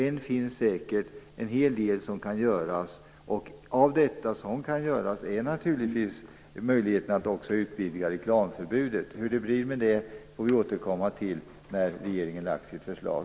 Än finns säkert en hel del som kan göras, och bland detta som kan göras finns naturligtvis möjligheten att utvidga reklamförbudet. Hur det blir med det får vi återkomma till när regeringen har lagt fram sitt förslag.